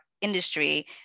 industry